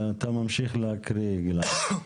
אתה ממשיך להקריא, גלעד.